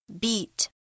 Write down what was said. Beat